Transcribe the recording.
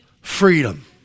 freedom